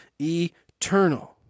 eternal